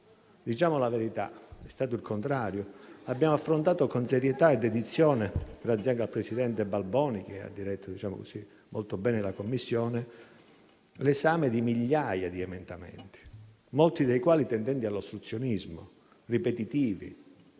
diciamo la verità, abbiamo fatto il contrario. Abbiamo affrontato con serietà e dedizione, grazie anche al presidente Balboni che ha diretto molto bene la Commissione, l'esame di migliaia di emendamenti, molti dei quali tendenti all'ostruzionismo, ripetitivi